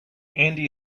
andy